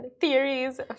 theories